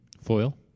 foil